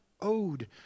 owed